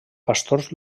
pastors